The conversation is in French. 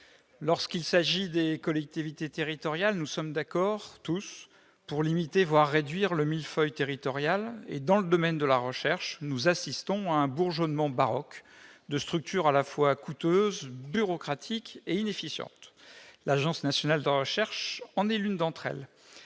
Lorsqu'il s'agit des collectivités territoriales, nous sommes tous d'accord pour limiter, voire réduire, le « mille-feuille territorial ». Dans le domaine de la recherche, en revanche, nous assistons à un bourgeonnement baroque de structures à la fois coûteuses, bureaucratiques et inefficientes. L'Agence nationale de la recherche est l'une de ces